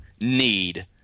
need